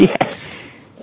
Yes